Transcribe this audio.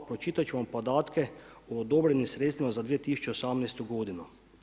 Pročitat ću vam podatke o odobrenim sredstvima za 2018. godinu.